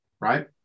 Right